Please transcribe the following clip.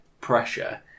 pressure